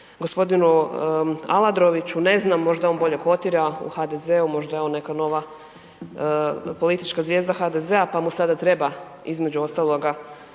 g. Aladroviću, ne znam, možda on bolje kotira u HDZ-u, možda je on neka nova politička zvijezda HDZ-a, pa mu sada treba između ostaloga